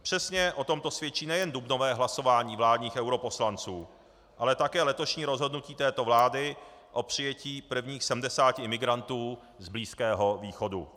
Přesně o tomto svědčí nejen dubnové hlasování vládních europoslanců, ale také letošní rozhodnutí této vlády o přijetí prvních 70 imigrantů z Blízkého východu.